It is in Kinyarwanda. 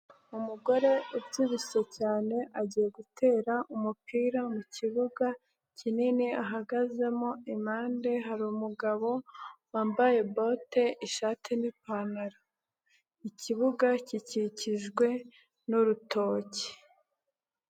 Umugore ubyibushye cyane agiye gutera umupira mu kibuga kinini ahagazemo, impande hari umugabo wambaye bote, ishati n'ipantaro, ikibuga gikikijwe n'urutoki.